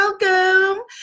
welcome